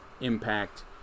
impact